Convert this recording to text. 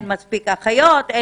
אחיות,